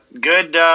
good